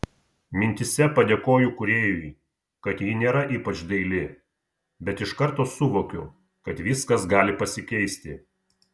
mintyse padėkoju kūrėjui kad ji nėra ypač daili bet iš karto suvokiu kad viskas gali pasikeisti